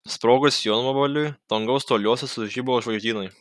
sprogus jonvabaliui dangaus toliuose sužibo žvaigždynai